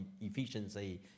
efficiency